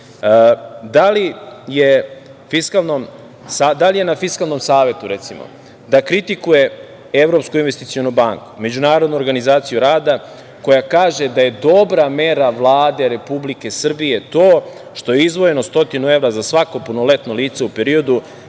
li je na Fiskalnom savetu, recimo, da kritikuje Evropsku investicionu banku, Međunarodnu organizaciju rada koja kaže da je dobra mera Vlade Republike Srbije to što je izdvojeno 100 evra za svako punoletno lice u periodu